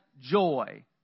joy